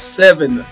seven